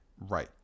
Right